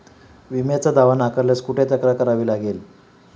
विम्याचा दावा नाकारल्यास कुठे तक्रार करावी लागेल?